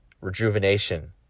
rejuvenation